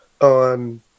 on